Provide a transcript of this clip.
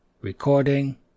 Recording